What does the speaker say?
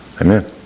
Amen